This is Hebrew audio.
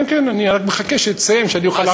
כן, כן, אני רק מחכה שתסיים, שאני אוכל לענות.